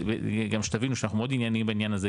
גם שתבינו שאנחנו מאוד עניינים בעניין הזה,